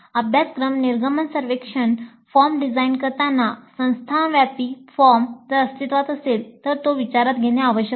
अभ्यासक्रम निर्गमन सर्वेक्षण फॉर्म डिझाइन करताना संस्थान व्यापी फॉर्म जर अस्तित्त्वात असतील तर तो विचारात घेणे आवश्यक आहे